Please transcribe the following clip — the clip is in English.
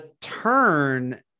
turn